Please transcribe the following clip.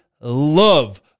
love